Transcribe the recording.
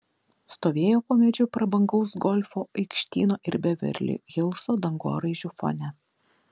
stovėjo po medžiu prabangaus golfo aikštyno ir beverli hilso dangoraižių fone